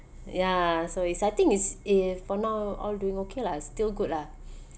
ya so it's I think it's uh for now all doing okay lah still good lah